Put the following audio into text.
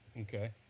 Okay